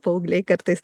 paaugliai kartais